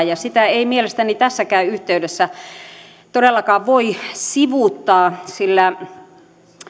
ja sitä ei mielestäni tässäkään yhteydessä todellakaan voi sivuuttaa sillä